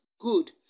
good